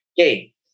Okay